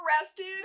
arrested